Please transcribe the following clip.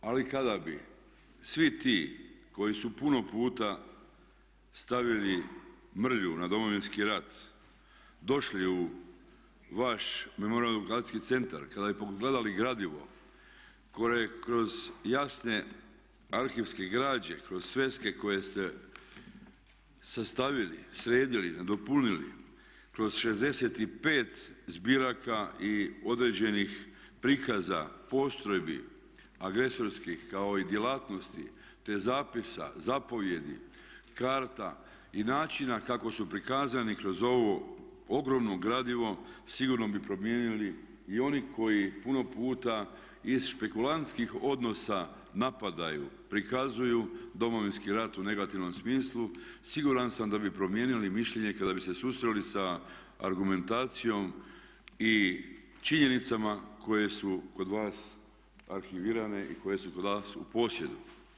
Ali kada bi svi ti koji su puno puta stavili mrlju na Domovinski rat došli u vaš Memorijalno-dokumentacijski centar, kada bi pogledali gradivo kroz jasne arhivske građe, kroz sveske koje ste sastavili, sredili, nadopunili kroz 65 zbiraka i određenih prikaza postrojbi agresorskih kao i djelatnosti, te zapisa, zapovijedi, karta i načina kako su prikazani kroz ovo ogromno gradivo sigurno bi promijenili i oni koji puno puta iz špekulantskih odnosa napadaju, prikazuju Domovinski rat u negativnom smislu siguran sam da bi promijenili mišljenje kada bi se susreli sa argumentacijom i činjenicama koje su kod vas arhivirane i koje su kod vas u posjedu.